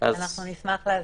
אנחנו נשמח להסביר.